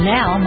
Now